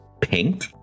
pink